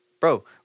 Bro